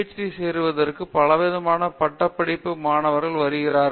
D சேர்வதற்கு பலவிதமான பட்டப்படிப்பு மாணவர்கள் வருவார்கள்